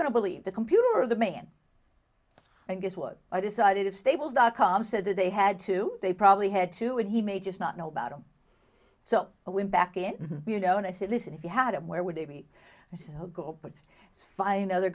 going to believe the computer of the man and guess what i decided staples dot com said that they had to they probably had to and he may just not know about them so i went back in you know and i said listen if you had it where would they go but find another